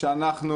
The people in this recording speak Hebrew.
שאנחנו